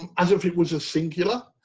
as if it was a singular,